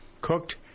cooked